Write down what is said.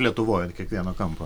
lietuvoj ant kiekvieno kampo